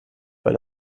weil